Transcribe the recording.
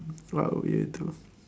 what would you do